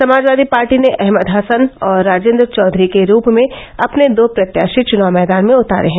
Samajwadi party ने अहमद हसन और राजन्द्र चौधरी के रूप में अपने दो प्रत्याशी चुनाव मैदान में उतारे हैं